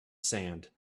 sand